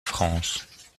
france